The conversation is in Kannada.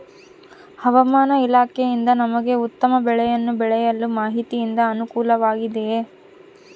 ಹವಮಾನ ಇಲಾಖೆಯಿಂದ ನಮಗೆ ಉತ್ತಮ ಬೆಳೆಯನ್ನು ಬೆಳೆಯಲು ಮಾಹಿತಿಯಿಂದ ಅನುಕೂಲವಾಗಿದೆಯೆ?